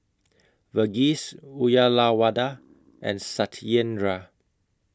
Verghese Uyyalawada and Satyendra